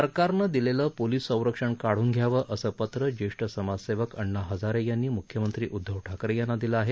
सरकारनं दिलेलं पोलीस संरक्षण काढून घ्यावं असं पत्र ज्येष्ठ समाजसेवक अण्णा हजारे यांनी मुख्यमंत्री उदधव ठाकरे यांना दिलं आहे